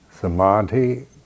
samadhi